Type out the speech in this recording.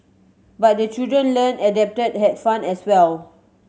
but the children learnt adapted had fun as well